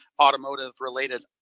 automotive-related